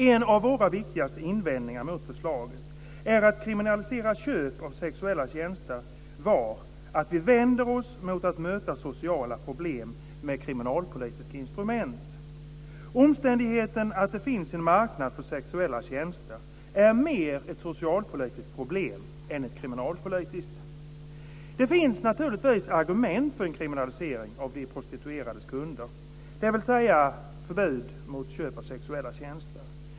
En av våra viktigaste invändningar mot att kriminalisera köp av sexuella tjänster är att vi vänder oss mot att möta sociala problem med kriminalpolitiska instrument. Omständigheten att det finns en marknad för sexuella tjänster är mer ett socialpolitiskt problem än ett kriminalpolitiskt. Det finns naturligtvis argument för en kriminalisering av de prostituerades kunder, dvs. förbud mot köp av sexuella tjänster.